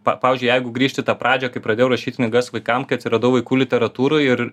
pa pavyzdžiui jeigu grįžt į ta pradžią kai pradėjau rašyt knygas vaikam kai atsiradau vaikų literatūroj ir